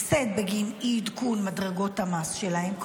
הפסד בגין אי-עדכון מדרגות המס שלהן,